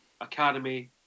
academy